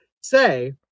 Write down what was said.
say